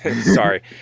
sorry